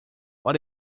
what